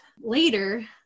later